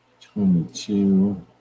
twenty-two